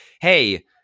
hey